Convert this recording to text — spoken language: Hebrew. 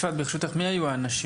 יפעת ברשותך מי היו האנשים?